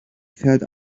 felt